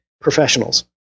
professionals